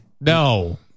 No